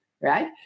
right